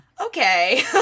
Okay